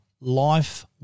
Life